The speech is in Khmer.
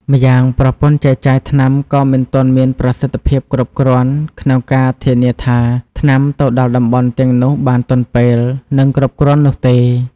ម្យ៉ាងប្រព័ន្ធចែកចាយថ្នាំក៏មិនទាន់មានប្រសិទ្ធភាពគ្រប់គ្រាន់ក្នុងការធានាថាថ្នាំទៅដល់តំបន់ទាំងនោះបានទាន់ពេល និងគ្រប់គ្រាន់នោះទេ។